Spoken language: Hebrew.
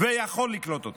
ויכול לקלוט אותם.